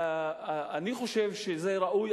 אני חושב שזה ראוי,